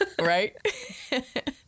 right